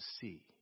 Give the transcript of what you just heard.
see